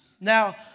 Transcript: Now